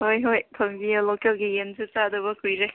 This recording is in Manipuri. ꯍꯣꯏ ꯍꯣꯏ ꯊꯣꯡꯕꯤꯎ ꯂꯣꯀꯦꯜꯒꯤ ꯌꯦꯟꯁꯨ ꯆꯥꯗꯕ ꯀꯨꯏꯔꯦ